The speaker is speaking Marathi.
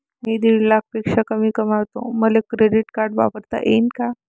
मी दीड लाखापेक्षा कमी कमवतो, मले क्रेडिट कार्ड वापरता येईन का?